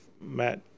Matt